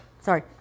Sorry